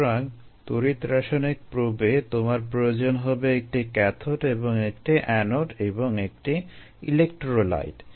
সুতরাং তড়িৎ রাসায়নিক প্রোবে তোমার প্রয়োজন হবে একটি ক্যাথোড এবং একটি অ্যানোড এবং একটি ইলেক্ট্রোলাইট